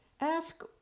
Ask